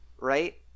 right